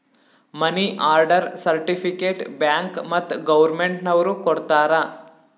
ಮನಿ order certificate bank ಮತ್ತ್ government ನವ್ರು ಕೊಡ್ತಾರ